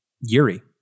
Yuri